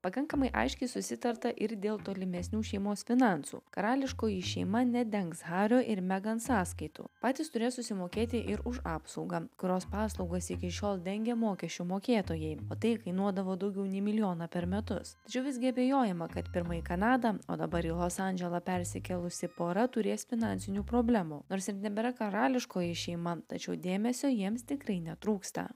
pakankamai aiškiai susitarta ir dėl tolimesnių šeimos finansų karališkoji šeima nedengs hario ir megan sąskaitų patys turės susimokėti ir už apsaugą kurios paslaugos iki šiol dengė mokesčių mokėtojai o tai kainuodavo daugiau nei milijoną per metus tačiau visgi abejojama kad pirma į kanadą o dabar į los andželą persikėlusi pora turės finansinių problemų nors ir nebėra karališkoji šeima tačiau dėmesio jiems tikrai netrūksta